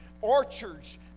orchards